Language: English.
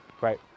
right